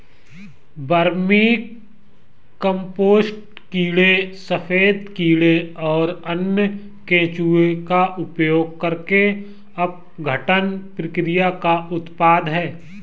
vermicompost कीड़े सफेद कीड़े और अन्य केंचुए का उपयोग करके अपघटन प्रक्रिया का उत्पाद है